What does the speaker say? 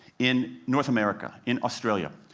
in north america, in australia,